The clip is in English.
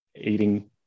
eating